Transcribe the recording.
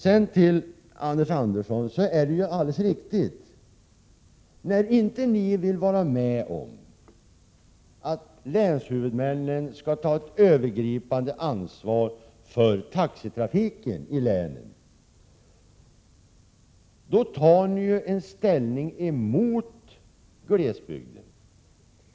Sedan till Anders Andersson: När ni inte vill vara med om att länshuvudmännen skall ta det övergripande ansvaret för taxitrafiken i länet, då tar ni ställning emot glesbygden.